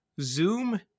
Zoom